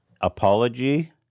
Apology